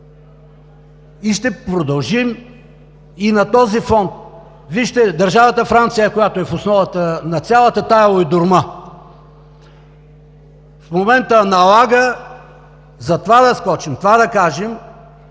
и ще продължим и на този фон. Вижте, държавата Франция, която е в основата на цялата тази уйдурма, в момента налага за това да скочим, това да кажем: